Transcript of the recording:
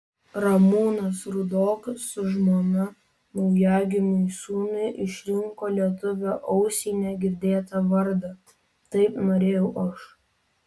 ramūnas rudokas su žmona naujagimiui sūnui išrinko lietuvio ausiai negirdėtą vardą taip norėjau aš